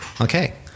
Okay